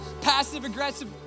passive-aggressive